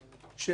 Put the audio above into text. שעד